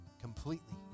completely